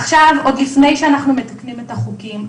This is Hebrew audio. עוד לפני שאנחנו מתקנים את החוקים,